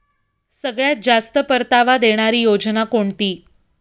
सगळ्यात जास्त परतावा देणारी योजना कोणती?